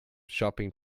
shopping